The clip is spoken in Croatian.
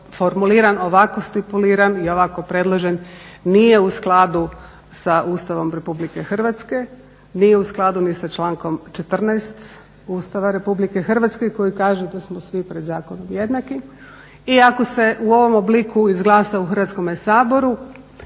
formuliran ovako stipuliran i ovako predložen nije u skladu sa Ustavom RH, nije u skladu ni sa člankom 14. Ustava RH koji kaže da smo svi pred zakonom jednaki i ako se u ovom obliku izglasa u Hrvatskom saboru